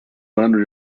ano